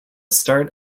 start